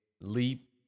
leap